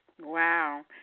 Wow